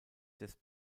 des